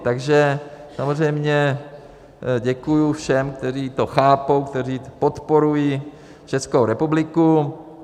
Takže samozřejmě děkuju všem, kteří to chápou, kteří podporují Českou republiku.